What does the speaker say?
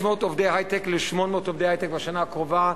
עובדי היי-טק ל-800 עובדי היי-טק בשנה הקרובה,